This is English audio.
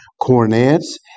cornets